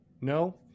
No